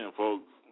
folks